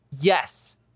Yes